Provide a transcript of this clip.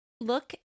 Look